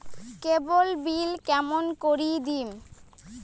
কেবল bill কেমন করি দিম?